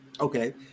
Okay